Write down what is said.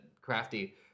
Crafty